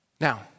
Now